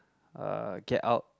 uh Get-Out